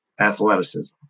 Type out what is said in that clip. athleticism